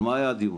על מה היה הדיון?